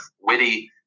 witty